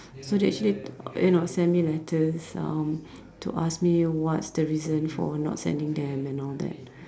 so they actually you know send me letters um to ask me what's the reason for not sending them and all that